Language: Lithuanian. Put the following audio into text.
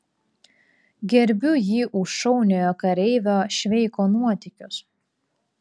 gerbiu jį už šauniojo kareivio šveiko nuotykius